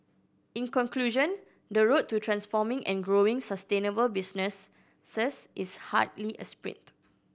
in conclusion the road to transforming and growing sustainable business is hardly a sprint